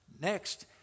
Next